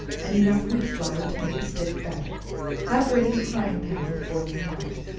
and enough wheat flour to make a stiff batter have ready a frying-pan with boiling lard,